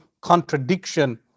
contradiction